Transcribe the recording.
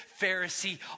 Pharisee